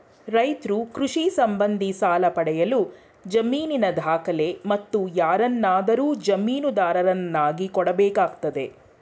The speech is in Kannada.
ರೈತ್ರು ಕೃಷಿ ಸಂಬಂಧಿ ಸಾಲ ಪಡೆಯಲು ಜಮೀನಿನ ದಾಖಲೆ, ಮತ್ತು ಯಾರನ್ನಾದರೂ ಜಾಮೀನುದಾರರನ್ನಾಗಿ ಕೊಡಬೇಕಾಗ್ತದೆ